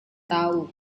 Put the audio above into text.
tahu